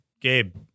gabe